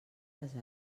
les